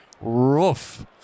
Roof